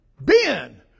Ben